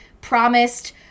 promised